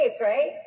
right